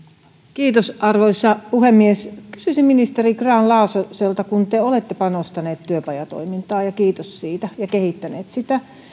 kiitos arvoisa puhemies kysyisin ministeri grahn laasoselta te olette panostaneet työpajatoimintaan kiitos siitä ja kehittäneet sitä